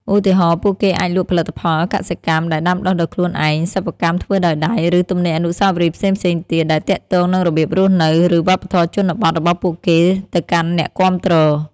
ឧទាហរណ៍ ពួកគេអាចលក់ ផលិតផលកសិកម្ម ដែលដាំដុះដោយខ្លួនឯង សិប្បកម្មធ្វើដោយដៃ ឬ ទំនិញអនុស្សាវរីយ៍ផ្សេងៗទៀត ដែលទាក់ទងនឹងរបៀបរស់នៅ ឬវប្បធម៌ជនបទរបស់ពួកគេទៅកាន់អ្នកគាំទ្រ។